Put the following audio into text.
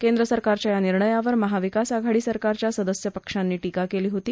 केंद्र सरकारच्या या निर्णयावर महाविकास आघाडी सरकारच्या सदस्य पक्षांनी टिका केली होती